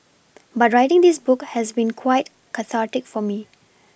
but writing this book has been quite cathartic for me